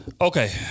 Okay